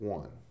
one